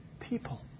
people